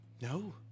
No